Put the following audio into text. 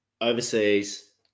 overseas